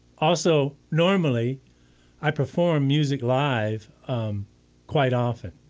also normally i perform music live quite often.